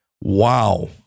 wow